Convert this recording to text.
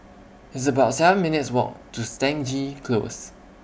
It's about seven minutes' Walk to Stangee Close